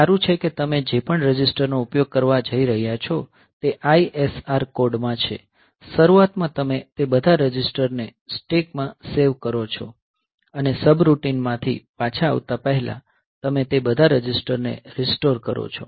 તે સારું છે કે તમે જે પણ રજિસ્ટર નો ઉપયોગ કરવા જઈ રહ્યા છો તે ISR કોડ માં છે શરૂઆતમાં તમે તે બધા રજિસ્ટરને સ્ટેક માં સેવ કરો છો અને સબરૂટિન માંથી પાછા આવતા પહેલા તમે તે બધા રજિસ્ટરને રીસ્ટોર કરો છો